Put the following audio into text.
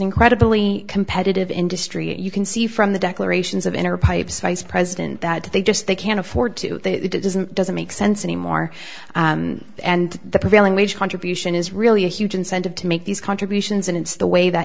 incredibly competitive industry and you can see from the declarations of inner pipe's vice president that they just they can't afford to do it isn't doesn't make sense anymore and the prevailing wage contribution is really a huge incentive to make these contributions and it's the way that